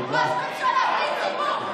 ראש ממשלה בלי ציבור.